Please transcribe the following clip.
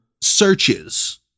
searches